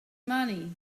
money